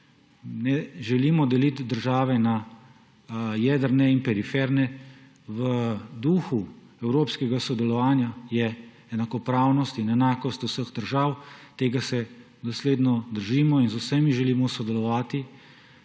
Ne želimo deliti držav na jedrne in periferne, v duhu evropskega sodelovanja je enakopravnost in enakost vseh držav. Tega se dosledno držimo in z vsemi želimo sodelovati